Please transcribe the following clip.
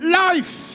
life